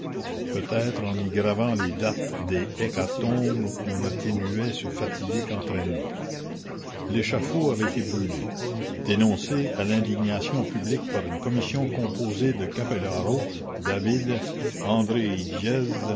peut-être en y gravant les dates des hécatombes on atténuait ce fatidique entraînement l'échafaud avait été brûlé dénoncé à l'indignation publique par une commission composée de capellaro david